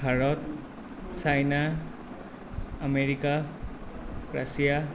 Bharat China America Russia